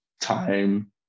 time